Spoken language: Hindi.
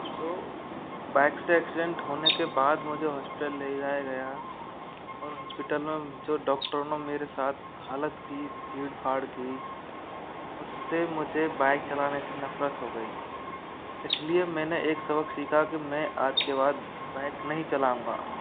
तो बाइक से एक्सीडेंट होने के बाद मुझे हॉस्पिटल ले जाया गया और हॉस्पिटल में जो डॉक्टरों ने मेरे साथ हालत की चीर फ़ाड़ की उससे मुझे बाइक चलाने से नफ़रत हो गई इसलिए मैंने एक सबक सीखा कि मैं आज के बाद बाइक नहीं चलाऊंगा